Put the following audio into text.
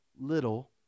little